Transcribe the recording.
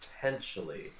potentially